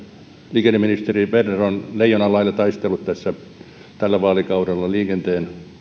liikenneministeri berner on leijonan lailla taistellut tällä vaalikaudella liikenteen